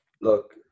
Look